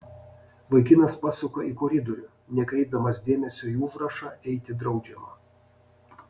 vaikinas pasuka į koridorių nekreipdamas dėmesio į užrašą eiti draudžiama